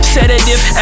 Sedative